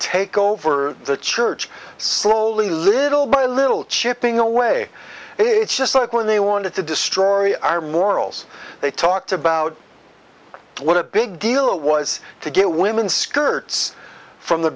take over the church slowly little by little chipping away it's just like when they wanted to destroy our morals they talked about what a big deal it was to get women's skirts from the